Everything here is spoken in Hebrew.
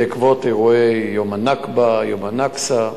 בעקבות אירועי יום הנכבה, יום הנכסה,